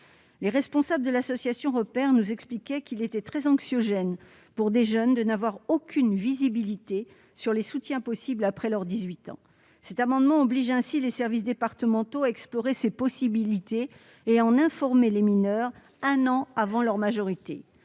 Les responsables de l'association Repairs ! nous expliquaient qu'il était très anxiogène pour ces jeunes de n'avoir aucune visibilité sur les soutiens dont ils peuvent bénéficier après leurs 18 ans. Cet amendement oblige ainsi les services départementaux à explorer ces possibilités, et à informer les mineurs un an avant leur majorité.